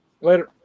Later